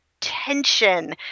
tension